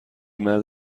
مرد